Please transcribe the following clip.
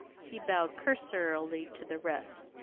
he bowed cursorily to the rest.